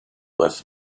worth